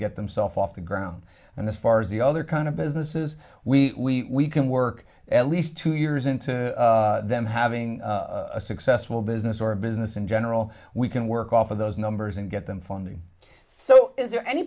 get themselves off the ground and as far as the other kind of businesses we can work at least two years into them having a successful business or business in general we can work off of those numbers and get them funding so is there any